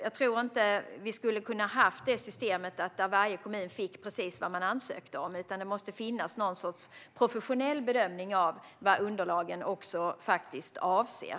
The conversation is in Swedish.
Jag tror inte att vi skulle kunna ha ett system där varje kommun får precis vad de ansöker om, utan det måste finnas någon sorts professionell bedömning av vad underlagen faktiskt avser.